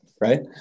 right